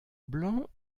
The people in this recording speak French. blanc